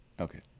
Okay